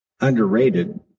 underrated